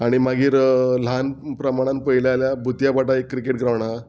आनी मागीर ल्हान प्रमाणान पयलें जाल्यार भुतया बाटा एक क्रिकेट ग्रावंड आहा